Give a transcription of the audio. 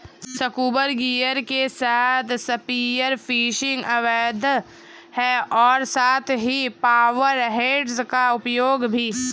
scuba gear के साथ spear fishing अवैध है और साथ ही पावर हेड्स का उपयोग भी